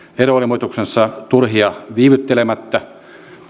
eroilmoituksensa turhia viivyttelemättä